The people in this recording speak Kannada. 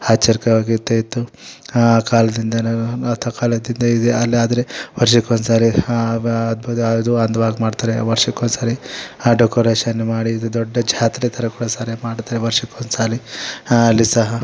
ಆಶ್ಚರ್ಯಕವಾಗ್ ಇರ್ತಿತ್ತು ಆ ಕಾಲದಿಂದ ಕಾಲದಿಂದ ಇದೆ ಅಲ್ಲಿ ಆದರೆ ವರ್ಷಕ್ಕೆ ಒಂದು ಸಾರಿ ಹಬ್ಬದ ಅದು ಒಂದು ವಾರಕ್ಕೆ ಮಾಡ್ತಾರೆ ವರ್ಷಕ್ಕೆ ಒಂದು ಸರಿ ಆ ಡಕೋರೇಷನ್ ಮಾಡಿ ಇದು ದೊಡ್ಡ ಜಾತ್ರೆ ಥರ ಪ್ರಸಾರ ಮಾಡ್ತಾರೆ ವರ್ಷಕ್ಕೆ ಒಂದು ಸಾರಿ ಹಾಂ ಅಲ್ಲಿ ಸಹ